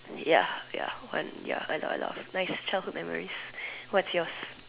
ya ya one ya that's a lot of nice childhood memories what's yours